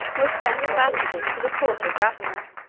were sent ambassadors to the court of ravenna,